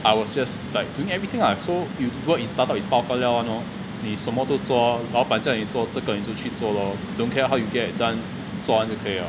I was just like doing everything lah so you work in startup is bao ge liao [one] lor 你什么都做老板叫你做这个你去做 lor don't care how you get it done 做完就可以了